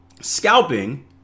Scalping